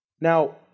Now